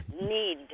need